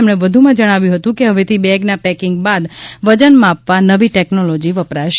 તેમણે વધુમાં જજ્ઞાવ્યું હતું કે હવેથી બેગના પેકીંગ બાદ વજન માપવા નવી ટેકનોલોજી વપરાશે